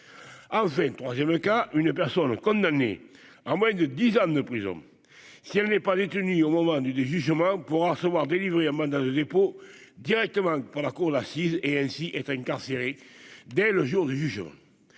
Halphen 3ème cas une personne condamnée à moins de 10 hommes de prison si elle n'est pas détenu au moment du jugement, on pourra se voir délivrer un mandat de dépôt directement par la cour d'assises et ainsi être incarcéré dès le jour du jour,